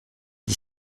dix